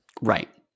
Right